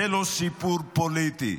זה לא סיפור פוליטי,